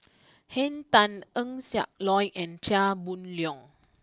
Henn Tan Eng Siak Loy and Chia Boon Leong